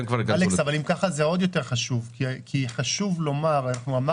אם כך, זה עוד יותר חשוב.